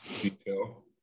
detail